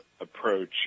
approach